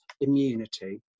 immunity